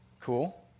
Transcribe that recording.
Cool